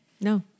No